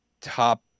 top